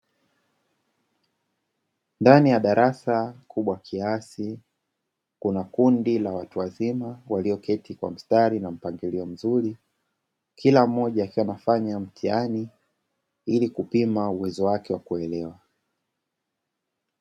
Ndani ya darasa kubwa kiasi, kuna kundi la watu wazima walioketi kwa mstari na mpangilio mzuri, kila mmoja akiwa anafanya mtihani ili kupima uwezo wake wa kuelewa.